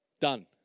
done